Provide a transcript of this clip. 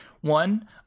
one